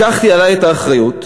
לקחתי עלי את האחריות,